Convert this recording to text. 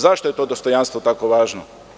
Zašto je to dostojanstvo tako važno?